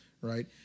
right